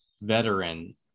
veteran